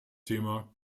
thema